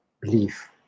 belief